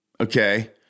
okay